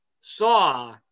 saw